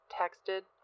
texted